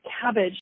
cabbage